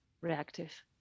reactive